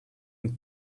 and